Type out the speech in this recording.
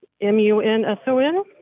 M-U-N-S-O-N